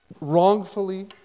wrongfully